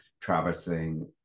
traversing